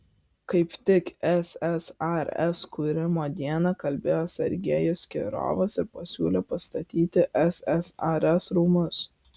kaip tik ssrs kūrimo dieną kalbėjo sergejus kirovas ir pasiūlė pastatyti ssrs rūmus